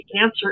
answer